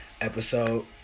Episode